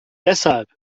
deshalb